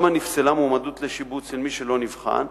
למה נפסלה מועמדות לשיבוץ של מי שלא נבחן,